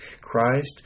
Christ